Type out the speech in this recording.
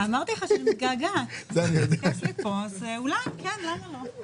אמרתי לך שאני מתגעגעת אז אולי, למה לא.